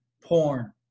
porn